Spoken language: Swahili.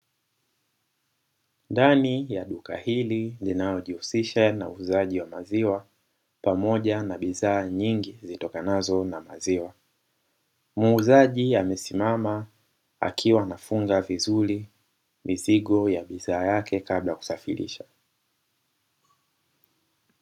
Ndani ya duka hili linaojihusisha na uuzaji wa maziwa pamoja na bidhaa nyingi zitokanazo na maziwa, muuzaji amesimama akiwa anafunga vizuri mizigo ya bidhaa yake kabla ya kusafirisha.